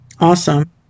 Awesome